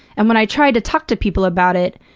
and when i tried to talk to people about it,